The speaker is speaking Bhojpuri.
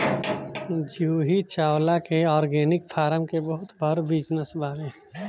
जूही चावला के ऑर्गेनिक फार्म के बहुते बड़ बिजनस बावे